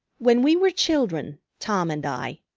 when we were children, tom and i,